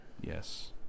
Yes